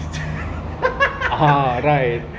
ha ha ha ha